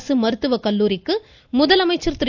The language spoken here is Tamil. அரசு மருத்துவக்கல்லூரிக்கு முதலமைச்சர் திரு